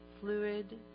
fluid